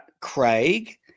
craig